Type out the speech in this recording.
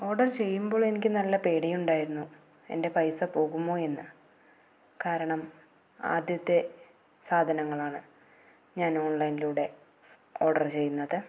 order ചെയ്യുമ്പോൾ എനിക്ക് നല്ല പേടിയുണ്ടായിരുന്നു എൻ്റെ പൈസ പോകുമോ എന്ന് കാരണം ആദ്യത്തെ സാധനങ്ങളാണ് ഞാൻ ഓൺലൈനിലൂടെ ഓർഡർ ചെയ്യുന്നത്